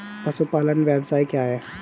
पशुपालन व्यवसाय क्या है?